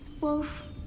Wolf